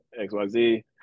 xyz